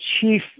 chief